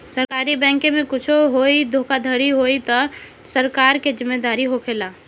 सरकारी बैंके में कुच्छो होई धोखाधड़ी होई तअ सरकार के जिम्मेदारी होखेला